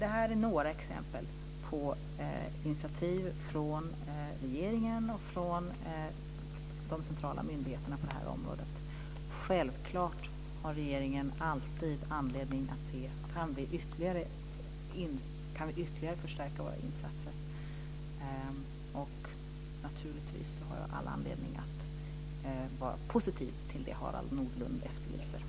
Det här är några exempel på initiativ från regeringen och från de centrala myndigheterna på det här området. Självklart har regeringen alltid anledning att fråga oss: Kan vi ytterligare förstärka våra insatser? Naturligtvis har jag all anledning att vara positiv till det Harald Nordlund efterlyser.